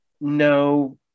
No